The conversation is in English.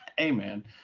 Amen